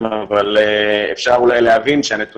אבל זה לא עניין הזיווג.